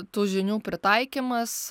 tų žinių pritaikymas